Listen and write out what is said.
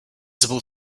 visible